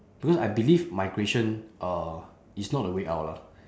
because I believe migration uh is not the way out lah